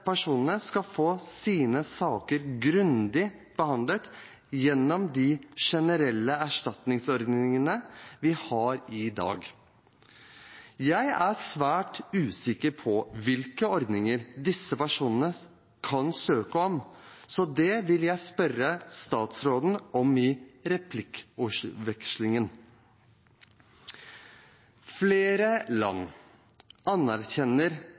personene skal få sine saker grundig behandlet gjennom de generelle erstatningsordningene vi har i dag. Jeg er svært usikker på hvilke ordninger disse personene kan søke om, så det vil jeg spørre statsråden om i replikkvekslingen. Flere land anerkjenner